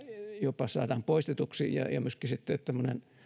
jopa saadaan poistetuksi ja ja myöskin siihen että tämmöinen